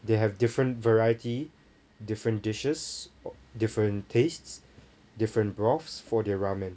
they have different variety different dishes different tastes different broths for their ramen